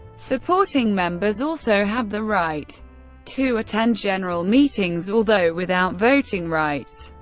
supporting members also have the right to attend general meetings, although without voting rights.